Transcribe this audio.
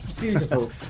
Beautiful